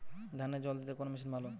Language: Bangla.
ধানে জল দিতে কোন মেশিন ভালো?